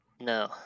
No